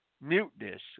muteness